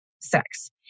sex